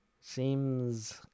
seems